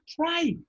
try